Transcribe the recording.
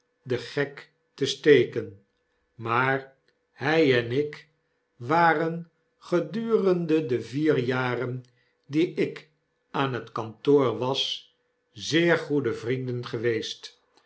den gek te steken maar fry en ik waren gedurende de vier jaren die ik aan het kantoor was zeer goede vrienden geweest